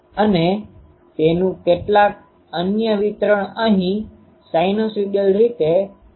અને તેનું કેટલાક અન્ય વિતરણ અહીં સાઈનુસોઈડલ રીતે વિતરિત થાય છે